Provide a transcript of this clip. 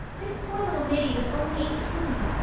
this poor little middy was only eighteen.